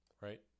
right